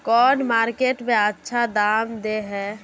कौन मार्केट में अच्छा दाम दे है?